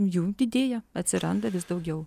jų didėja atsiranda vis daugiau